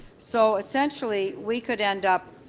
so essentially we could end up